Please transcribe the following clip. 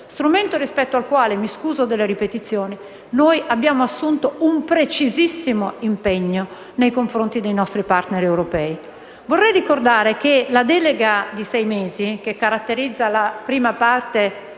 strumento, rispetto al quale noi abbiamo assunto un precisissimo impegno nei confronti dei nostri partner europei. Vorrei ricordare la delega di sei mesi che caratterizza la prima parte.